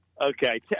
Okay